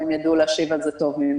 הם יידעו להשיב על זה טוב ממני.